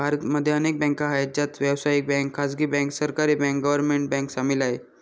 भारत मध्ये अनेक बँका आहे, ज्यात व्यावसायिक बँक, खाजगी बँक, सहकारी बँक, गव्हर्मेंट बँक सामील आहे